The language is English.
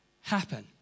happen